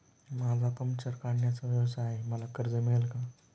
माझा पंक्चर काढण्याचा व्यवसाय आहे मला कर्ज मिळेल का?